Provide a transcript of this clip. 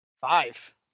five